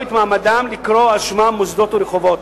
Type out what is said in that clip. את מעמדם לקרוא על שמם מוסדות ורחובות.